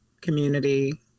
community